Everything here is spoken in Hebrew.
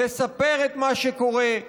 לספר את מה שקורה.